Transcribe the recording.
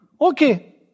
Okay